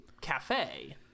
cafe